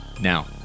now